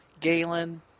Galen